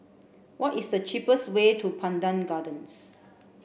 what is the cheapest way to Pandan Gardens